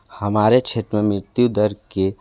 हमारे क्षेत्र में मृत्यु दर के